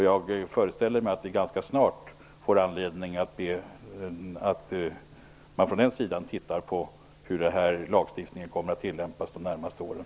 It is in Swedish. Jag föreställer mig att det ganska snart kommer att finnas anledning att från den sidan titta på hur den här lagstiftningen skall tillämpas under de närmaste åren.